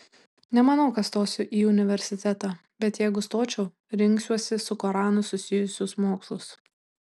nemanau kad stosiu į universitetą bet jeigu stočiau rinksiuosi su koranu susijusius mokslus